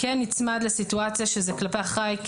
כן נצמד לסיטואציה שזה על ידי אחראי.